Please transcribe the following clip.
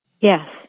Yes